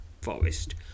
forest